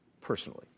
personally